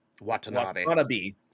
Watanabe